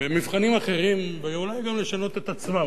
במבחנים אחרים ואולי גם לשנות את עצמה.